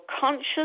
conscious